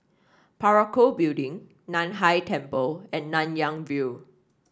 Parakou Building Nan Hai Temple and Nanyang View